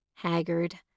Haggard